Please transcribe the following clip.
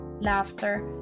laughter